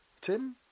Tim